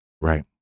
Right